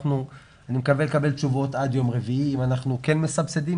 ואני מקווה לקבל תשובות עד יום רביעי אם אנחנו כן מסבסדים